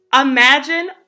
imagine